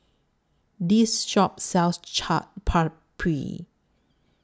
This Shop sells Chaat Papri